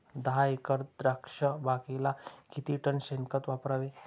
दहा एकर द्राक्षबागेला किती टन शेणखत वापरावे?